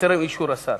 טרם אישור השר,